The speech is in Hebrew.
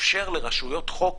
מאפשר לרשויות חוק